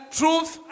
truth